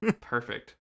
Perfect